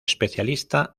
especialista